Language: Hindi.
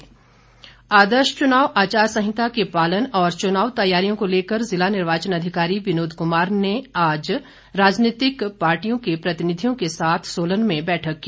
आचार संहिता सोलन आदर्श चुनाव आचार संहिता के पालन और चुनाव तैयारियों को लेकर जिला निर्वाचन अधिकारी विनोद कुमार ने आज राजनीतिक पार्टियों के प्रतिनिधियों के साथ सोलन में बैठक की